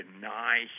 deny